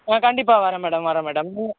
உனக்காண்டி இப்போ வர்றேன் மேடம் வர்றேன் மேடம்